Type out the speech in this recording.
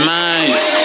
nice